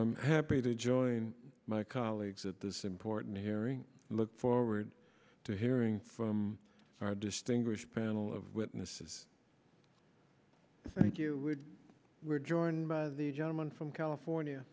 i'm happy to join my colleagues at this important hearing and look forward to hearing from our distinguished panel of witnesses thank you we're joined by the gentleman from california